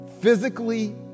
physically